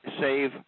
Save